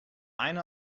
eine